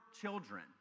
children